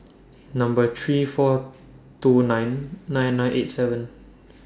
Number three four two nine nine nine eight seven